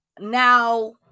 Now